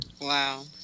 Wow